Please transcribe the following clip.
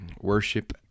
worship